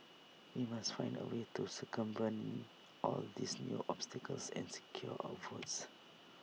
we must find A way to circumvent all these new obstacles and secure our votes